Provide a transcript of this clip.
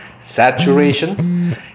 saturation